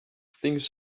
things